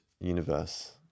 universe